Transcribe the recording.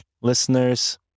listeners